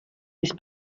his